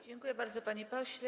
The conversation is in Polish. Dziękuję bardzo, panie pośle.